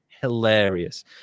hilarious